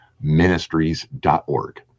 Ministries.org